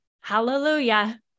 Hallelujah